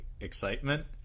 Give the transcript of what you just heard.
excitement